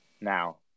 now